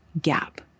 gap